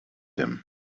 him